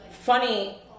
Funny